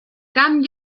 camp